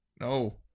no